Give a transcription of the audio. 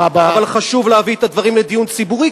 אבל חשוב להביא את הדברים לדיון ציבורי,